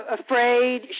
afraid